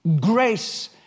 grace